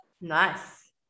Nice